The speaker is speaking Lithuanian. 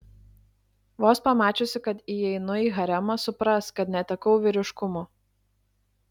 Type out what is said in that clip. vos pamačiusi kad įeinu į haremą supras kad netekau vyriškumo